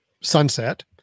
sunset